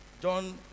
John